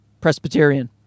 Presbyterian